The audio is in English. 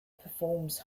performs